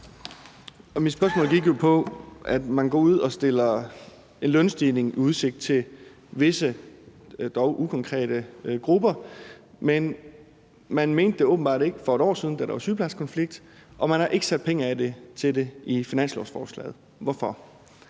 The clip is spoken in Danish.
Mit spørgsmål går jo på det, at man går ud og stiller en lønstigning i udsigt til visse, men dog ukonkrete grupper. Det mente man åbenbart ikke for et år siden, da der var sygeplejerskekonflikt, og man har ikke sat penge af til det i finanslovsforslaget – hvorfor